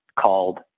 called